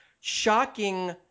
shocking